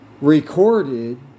recorded